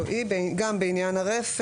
9(א)(5) זאת גם הוראה בעניין הרפד.